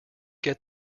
get